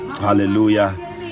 hallelujah